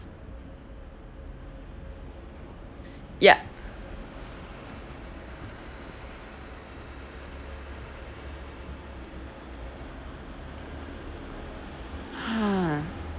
ya ha